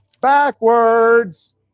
backwards